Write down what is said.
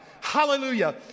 hallelujah